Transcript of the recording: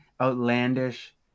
outlandish